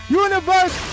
universe